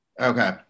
Okay